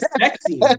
sexy